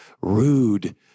rude